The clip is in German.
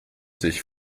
sich